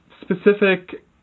specific